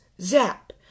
Zap